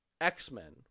X-Men